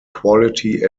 quality